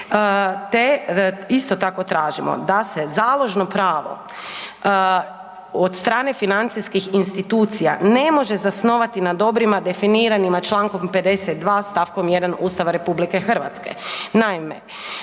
te isto tako tražimo da se založno pravo od strane financijskih institucija ne može zasnovati na dobrima definiranima Člankom 52. stavkom 1. Ustava RH. Naime,